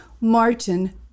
Martin